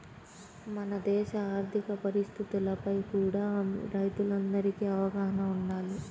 మన దేశ ఆర్ధిక పరిస్థితులపై కూడా రైతులందరికీ అవగాహన వుండాలి